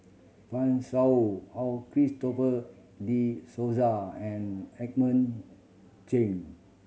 Fan Shao Christopher De Souza and Edmund Cheng